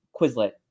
quizlet